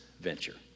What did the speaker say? venture